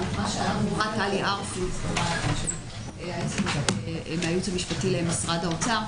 מה שאמרה טלי ארפי מן הייעוץ המשפטי של משרד האוצר,